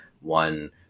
one